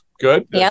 good